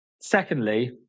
Secondly